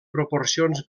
proporcions